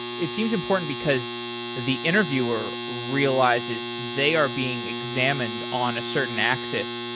it seems important because the interviewer realizes they are being examined on a certain axis,